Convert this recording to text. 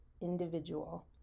individual